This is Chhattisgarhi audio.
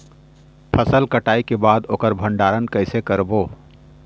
फसल कटाई के बाद ओकर भंडारण कइसे करबो?